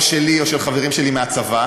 או שלי או של חברים שלי מהצבא.